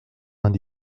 vingt